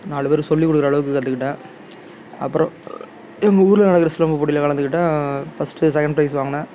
நாலு பேருக்கு சொல்லி கொடுக்குற அளவுக்கு கற்றுக்கிட்டேன் அப்புறம் எங்கள் ஊரில் நடக்கிற சிலம்ப போட்டியில் கலந்துக்கிட்டேன் ஃபஸ்ட்டு செகண்ட் பிரைஸ் வாங்கினேன்